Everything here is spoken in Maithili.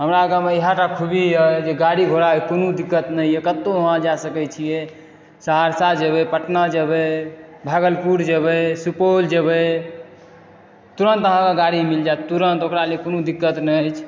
हमरा गाँवमे इएह टा खूबी यए जे गाड़ी घोड़ाके कोनो दिक्कत नहि यए कतहु अहाँ जा सकैत छियै सहरसा जेबै पटना जेबै भागलपुर जेबै सुपौल जेबै तुरन्त अहाँकेँ गाड़ी मिल जायत तुरन्त ओकरा लेल अहाँकेँ कोनो दिक्कत नहि अछि